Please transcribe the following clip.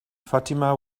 fatima